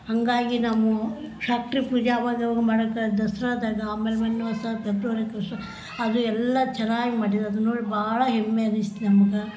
ಹಾಗಾಗಿ ನಾವು ಫ್ಯಾಕ್ಟ್ರಿ ಪೂಜೆ ಅವಾಗ ಅವಾಗ ಮಾಡಕ್ಕೆ ದಸರಾದಾಗ ಆಮೇಲೆ ಮೊನ್ನೆ ಹೊಸದು ಪೆಬ್ರವರಿ ಕನ್ಸ್ಟ್ರ ಅದು ಎಲ್ಲ ಚೆನ್ನಾಗಿ ಮಾಡಿರೋದು ನೋಡಿ ಭಾಳ ಹೆಮ್ಮೆ ಅನಿಸ್ತು ನಮ್ಗೆ